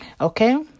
okay